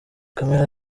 camera